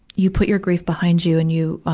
you put your grief behind you and you,